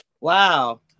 Wow